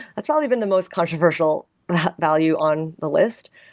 that's probably been the most controversial value on the list.